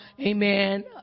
Amen